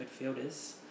midfielders